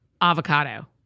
avocado